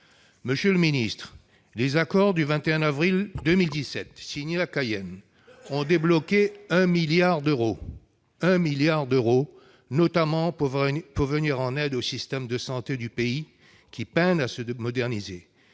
Monsieur le secrétaire d'État, les accords du 21 avril 2017 signés à Cayenne ont permis de débloquer un milliard d'euros, notamment pour venir en aide au système de santé du pays, qui peine à se moderniser.